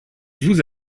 vous